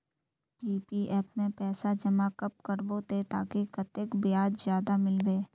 PPF में पैसा जमा कब करबो ते ताकि कतेक ब्याज ज्यादा मिलबे?